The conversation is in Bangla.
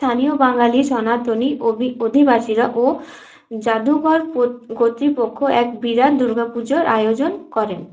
স্থানীয় বাঙালি সনাতনী অধিবাসীরা ও যাদুঘর কর্তৃপক্ষ এক বিরাট দুর্গাপুজোর আয়োজন করেন